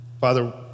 Father